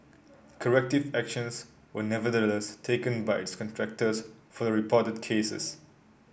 corrective actions were nevertheless taken by its contractors for the reported cases